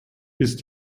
ist